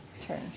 turn